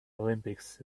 olympics